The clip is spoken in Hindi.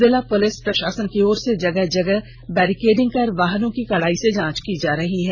जिला प्रलिस प्रशासन की ओर से जगह जगह बैरिकेटिंग कर वाहनों की कड़ाई से जांच की जा रही है